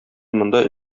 монда